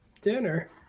dinner